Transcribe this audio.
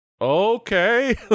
okay